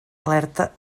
alerta